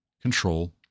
control